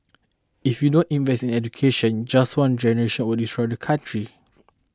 if we don't invest in education just one generation would destroy the country